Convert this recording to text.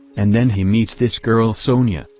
and then he meets this girl sonya,